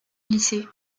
lycée